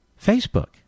Facebook